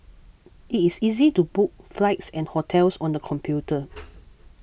it is easy to book flights and hotels on the computer